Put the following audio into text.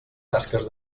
tasques